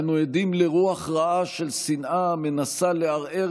אנו עדים לרוח רעה של שנאה המנסה לערער